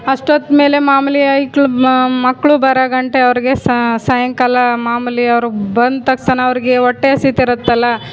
ಅಷ್ಟೊತ್ತು ಮೇಲೆ ಮಾಮೂಲಿ ಹೈಕ್ಳು ಮಕ್ಕಳು ಬರೋಗಂಟ ಅವರಿಗೆ ಸಾಯಂಕಾಲ ಮಾಮೂಲಿ ಅವ್ರಿಗೆ ಬಂದ ತಕ್ಷಣ ಅವರಿಗೆ ಹೊಟ್ಟೆ ಹಸಿತಿರುತ್ತಲ್ಲ